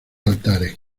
altares